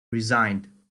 resigned